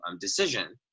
decision